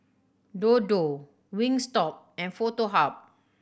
Dodo Wingstop and Foto Hub